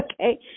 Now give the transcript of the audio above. okay